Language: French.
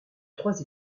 trois